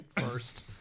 first